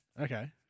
Okay